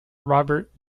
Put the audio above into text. robert